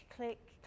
Click